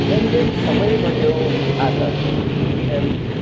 જેમ જેમ સમય વધ્યો આગળ એમ